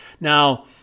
Now